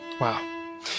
wow